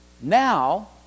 Now